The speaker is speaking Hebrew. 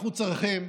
אנחנו צריכים,